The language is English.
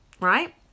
right